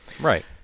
Right